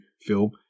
film